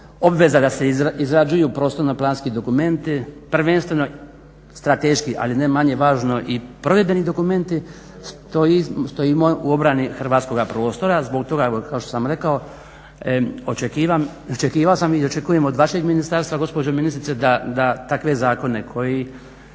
obveza da se izrađuju prostorno planski dokumenti, prvenstveno strateški ali ne manje važno i provedbeni dokumenti stojimo u obrani hrvatskoga prostora zbog toga evo kao što sam rekao iščekivao sam i očekujem od vašeg ministarstva gospođo ministrice da takve zakone koji